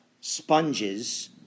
sponges